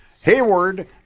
Hayward